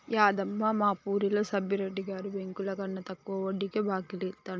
యాదమ్మ, మా వూరిలో సబ్బిరెడ్డి గారు బెంకులకన్నా తక్కువ వడ్డీకే బాకీలు ఇత్తండు